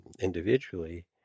individually